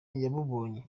yabubonye